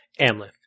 Amleth